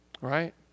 right